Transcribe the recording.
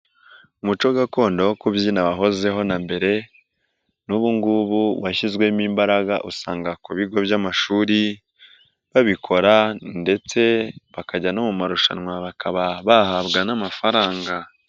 Umuco gakondo wo kubyina wahozeho na mbere n'ubu ngubu washyizwemo imbaraga usanga ku bigo by'amashuri babikora ndetse bakajya no mu marushanwa bakaba bahabwa n'amafaranga.